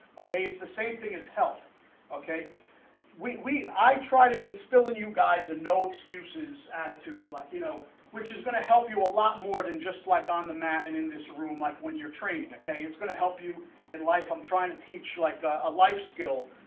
okay. it's the same thing as health okay we i try to instill in you guys and no excuses and to like you know which is going to help you a lot more than just like on the mat and in this room like when you're training. okay, it's gonna help you in life i'm trying to teach like a life skill.